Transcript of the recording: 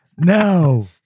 No